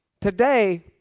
today